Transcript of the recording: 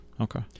Okay